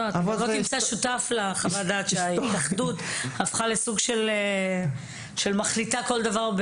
בוא תמצא שותף לחוות הדעת לפיה ההתאחדות הפכה לסוג של מחליטה בכל דבר,